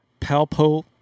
Palpo